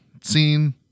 scene